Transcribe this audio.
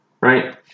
Right